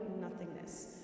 nothingness